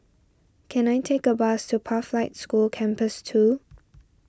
can I take a bus to Pathlight School Campus two